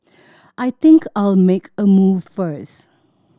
I think I'll make a move first